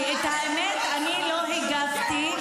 הוא מטפל.